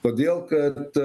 todėl kad